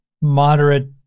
moderate